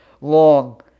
long